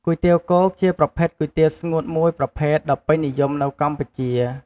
គុយទាវគោកជាប្រភេទគុយទាវស្ងួតមួយប្រភេទដ៏ពេញនិយមនៅកម្ពុជា។